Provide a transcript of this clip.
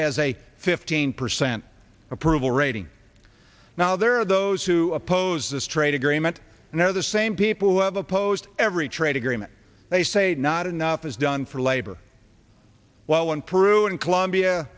has a fifteen percent approval rating now there are those who oppose this trade agreement and they are the same people who have opposed every trade agreement they say not enough is done for labor while in peru and colombia